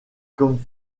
comme